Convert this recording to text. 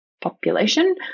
population –